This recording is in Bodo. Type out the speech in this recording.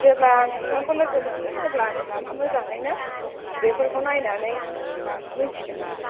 जेब्ला आं नोथांखौ लोगो मोनगोन अब्ला नोथाङा मोजाङैनो बेफोरखौ नायनानै मिन्थिनो मोनगोन